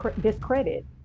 discredit